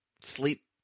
sleep